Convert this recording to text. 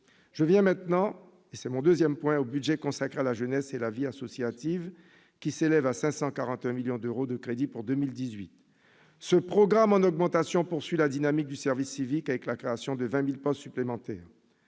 J'en viens maintenant au budget consacré à la jeunesse et à la vie associative, qui s'élève à 541 millions d'euros de crédits pour 2018. Ce programme en augmentation poursuit la dynamique du service civique, avec la création de 20 000 postes supplémentaires.